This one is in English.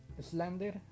slander